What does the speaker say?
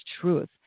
truth